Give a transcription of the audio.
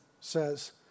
says